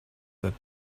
that